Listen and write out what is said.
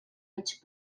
mig